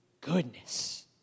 goodness